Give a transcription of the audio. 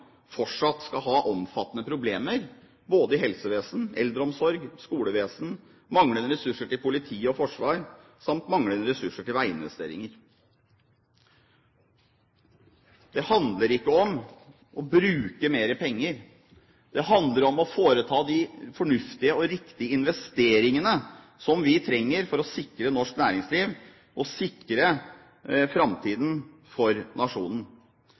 fortsatt skal ha omfattende problemer både når det gjelder helsevesen, eldreomsorg, skolevesen, manglende ressurser til politi og forsvar samt manglende ressurser til veiinvesteringer. Det handler ikke om å bruke mer penger. Det handler om å foreta de fornuftige og riktige investeringene som vi trenger for å sikre norsk næringsliv og sikre framtiden for nasjonen.